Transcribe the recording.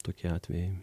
tokie atvejai